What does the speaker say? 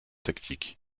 tactiques